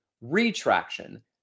retraction